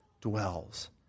dwells